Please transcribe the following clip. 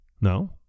No